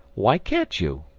why can't you?